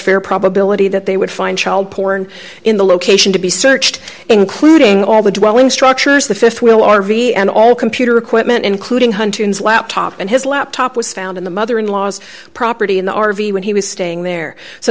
fair probability that they would find child porn in the location to be searched including all the drawling structures the th will r v and all computer equipment including huntington's laptop and his laptop was found in the mother in law's property in the r v when he was staying there so